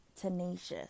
tenacious